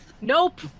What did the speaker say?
Nope